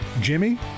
Jimmy